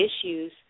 issues